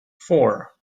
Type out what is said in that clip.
four